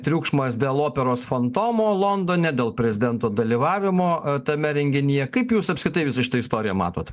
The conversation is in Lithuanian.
triukšmas dėl operos fantomo londone dėl prezidento dalyvavimo tame renginyje kaip jūs apskritai visą šitą istoriją matot